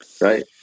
Right